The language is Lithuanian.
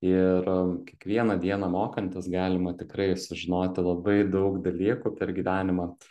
ir kiekvieną dieną mokantis galima tikrai sužinoti labai daug dalykų per gyvenimą